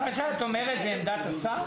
מה שאת אומרת זה עמדת השר?